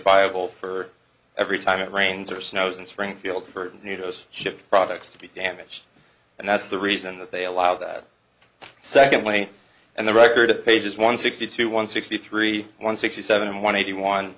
viable for every time it rains or snows in springfield for new dos ship products to be damaged and that's the reason that they allow that secondly and the record of pages one sixty two one sixty three one sixty seven one eighty one